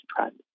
trend